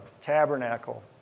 tabernacle